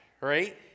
right